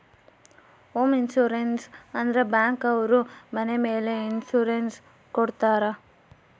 home insurance ಅಂದ್ರೆ bank ಅವ್ರು ಮನೆ ಮೇಲೆ ಇನ್ಸೂರೆನ್ಸ್ ಕೊಡ್ತಾರ